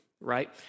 right